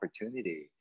opportunity